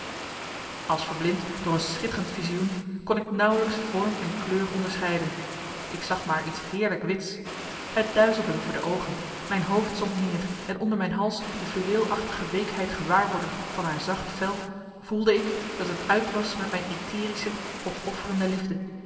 als verblind door een schitterend visioen kon ik nauwelijks vorm en kleur onderscheiden ik zag maar iets heerlijk wits het duizelde me voor de oogen mijn hoofd zonk neer en onder mijn hals de fluweelachtige weekheid gewaarwordend van haar zacht vel voelde ik dat het uit was met mijn aetherische opofferende liefde